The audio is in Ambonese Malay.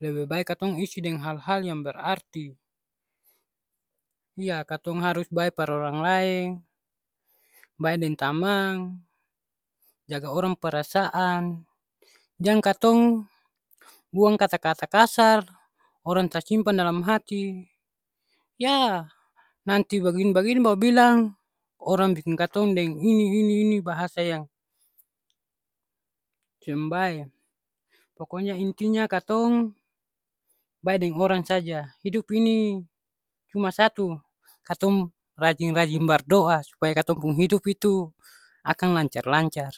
lebe bae katong isi deng hal-hal yang berarti. Iya katong harus bae par orang laeng, bae deng tamang, jaga orang perasaan, jang katong buang kata-kata kasar, orang tasimpang dalam hati, ya nanti bagini-bagini baru bilang orang biking katong deng ini ini ini, bahasa yang seng bae. Pokonya intinya katong bae deng orang saja. Hidup ini cuma satu, katong rajin-rajin bardoa supaya katong pung hidup itu akang lancar-lancar.